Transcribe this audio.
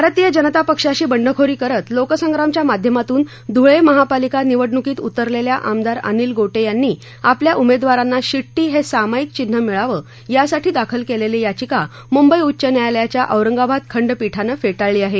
भारतीय जनता पक्षाशी बंडखोरी करीत लोकसंग्रामच्या माध्यमातून धुळे महापालिका निवडणुकीत उतरलेल्या आमदार अनिल गोटे यांनी आपल्या उमेदवारांना शिट्टी हे सामाईक चिन्ह मिळावे यासाठी दाखल केलेली याचिका मुंबई उच्च न्यायालयाच्या औरंगाबाद खंडपीठानं फेटाळली आहे